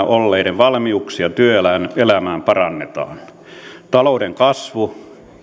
olleiden valmiuksia työelämään työelämään parannetaan talouden kasvu